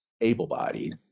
Able-bodied